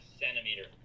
centimeter